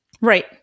Right